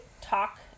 talk